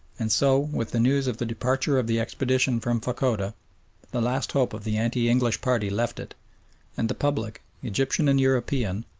and so with the news of the departure of the expedition from fachoda the last hope of the anti-english party left it and the public, egyptian and european,